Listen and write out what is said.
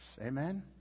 Amen